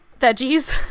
Veggies